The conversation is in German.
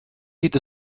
geht